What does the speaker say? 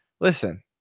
Listen